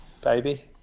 baby